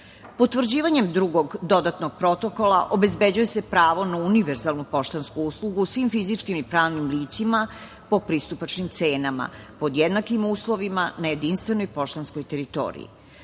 oblasti. Potvrđivanjem Drugog dodatnog protokola obezbeđuje se pravo na univerzalnu poštansku uslugu svim fizičkim i pravnim licima po pristupačnim cenama, pod jednakim uslovima na jedinstvenoj poštanskoj teritoriji.